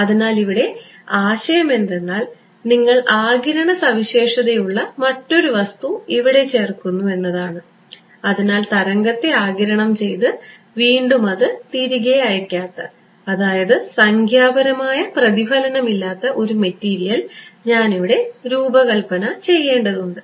അതിനാൽ ഇവിടെ ആശയം എന്തെന്നാൽ നിങ്ങൾ ആഗിരണ സവിശേഷതയുള്ള മറ്റൊരു വസ്തു ഇവിടെ ചേർക്കുന്നു എന്നതാണ് അതിനാൽ തരംഗത്തെ ആഗിരണം ചെയ്ത് വീണ്ടും അത് തിരികെ അയക്കാത്ത അതായത് സംഖ്യാപരമായ പ്രതിഫലനം ഇല്ലാത്ത ഒരു മെറ്റീരിയൽ ഞാൻ ഇവിടെ രൂപകൽപ്പന ചെയ്യേണ്ടതുണ്ട്